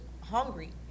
hungry